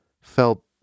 felt